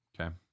okay